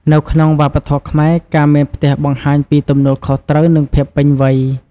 នៅក្នុងវប្បធម៌ខ្មែរ ការមានផ្ទះបង្ហាញពីទំនួលខុសត្រូវ និងភាពពេញវ័យ។